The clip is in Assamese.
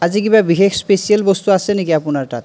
আজি কিবা বিশেষ স্পেচিয়েল বস্তু আছে নেকি আপোনাৰ তাত